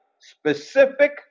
Specific